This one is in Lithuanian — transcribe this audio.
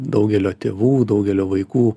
daugelio tėvų daugelio vaikų